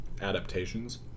adaptations